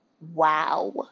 wow